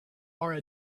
are